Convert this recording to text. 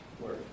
word